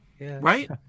Right